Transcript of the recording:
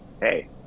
hey